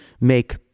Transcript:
make